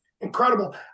Incredible